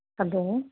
hello